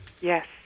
Yes